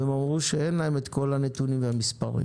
הם אמרו שאין להם את כל הנתונים והמספרים.